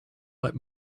let